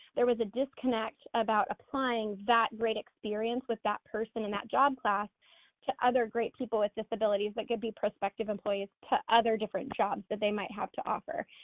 there was a disconnect about applying that great experience of that person in that job class to other great people with disabilities that could be prospective employees to other different jobs that they might have to offer,